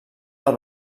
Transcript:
del